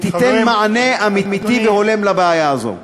ותיתן מענה אמיתי והולם לבעיה הזאת.